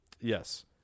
Yes